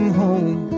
home